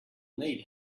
need